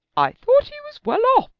i thought he was well off.